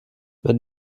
wenn